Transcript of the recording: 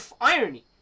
irony